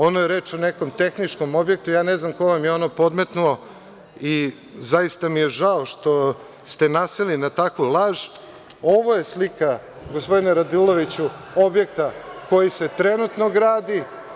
Ono je reč o nekom tehničkom objektu, ne znam ko vam je ono podmetnuo i zaista mi je žao što ste naseli na takvu laž, ovo je slika gospodine Raduloviću objekta koji se trenutno gradi.